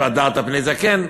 "והדרת פני זקן".